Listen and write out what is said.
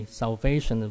salvation